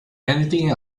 anything